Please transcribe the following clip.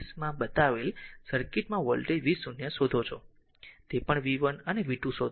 23 માં બતાવેલ સર્કિટમાં વોલ્ટેજ v0 શોધે છે તે પણ v 1 અને v 2